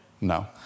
No